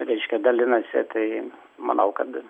reiškia dalinasi tai manau kad